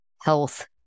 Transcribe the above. health